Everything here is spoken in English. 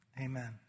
amen